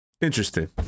interesting